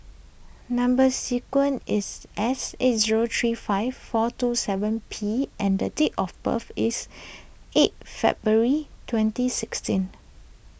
Number Sequence is S eight zero three five four two seven P and date of birth is eight February twenty sixteen